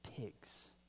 pigs